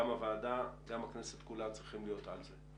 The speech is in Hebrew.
גם הוועדה, גם הכנסת כולה צריכים להיות על זה.